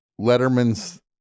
Letterman's